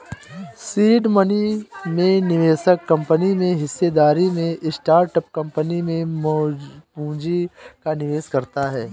seed money में निवेशक company में हिस्सेदारी में स्टार्टअप कंपनी में पूंजी का निवेश करता है